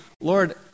Lord